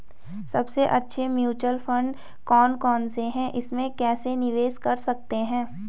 सबसे अच्छे mutual fund कौन कौनसे हैं इसमें कैसे निवेश कर सकते हैं?